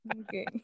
Okay